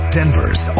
Denver's